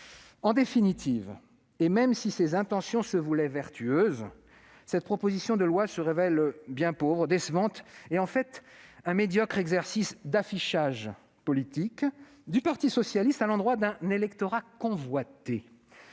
En définitive, même si les intentions de ses auteurs se voulaient vertueuses, cette proposition de loi se révèle être bien pauvre et décevante. Elle n'est, en fait, qu'un médiocre exercice d'affichage politique du parti socialiste à l'endroit d'un électorat convoité.